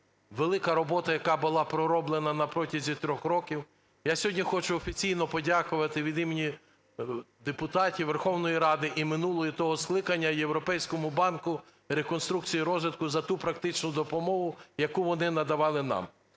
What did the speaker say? Велика робота, яка була пророблена на протязі трьох років, я сьогодні хочу офіційно подякувати від імені депутатів Верховної Ради і минулої, і того скликання, і Європейському банку реконструкцій і розвитку за ту практичну допомогу, яку вони надавали нам.